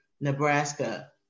Nebraska